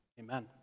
Amen